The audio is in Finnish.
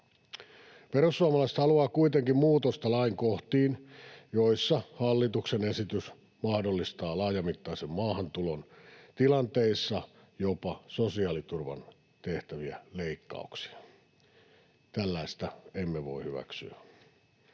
Perussuomalaiset haluaa kuitenkin muutosta lainkohtiin, joissa hallituksen esitys mahdollistaa laajamittaisen maahantulon tilanteissa jopa sosiaaliturvaan tehtäviä leikkauksia. Tällaista emme voi hyväksyä.